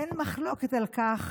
אין מחלוקת על כך